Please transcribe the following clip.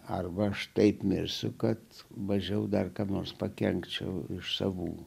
arba aš taip mirsiu kad bandžiau dar kam nors pakenkčiau iš savų